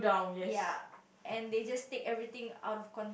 ya and they just take everything out of cont~